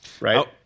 right